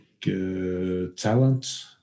talent